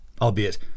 albeit